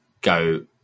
go